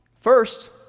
First